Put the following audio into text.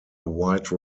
white